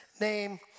name